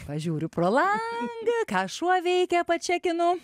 pažiūriu pro langą ką šuo veikia pačekinu